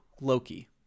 loki